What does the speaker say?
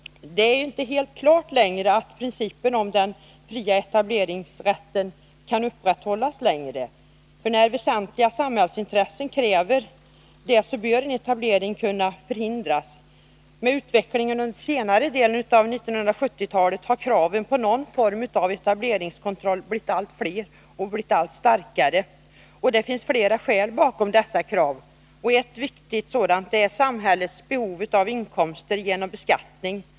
Det är inte längre helt klart att principen om den fria etableringsrätten kan upprätthållas. När väsentliga samhällsintressen kräver det, bör en etablering kunna förhindras. Med utvecklingen under senare delen av 1970-talet har kraven på någon form av etableringskontroll blivit fler och starkare. Det finns flera skäl bakom dessa krav. Ett viktigt sådant är samhällets behov av inkomster genom beskattning.